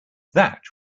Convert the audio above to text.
that